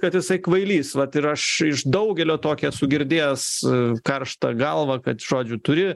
kad jisai kvailys vat ir aš iš daugelio tokią esu girdėjęs karštą galvą kad žodžiu turi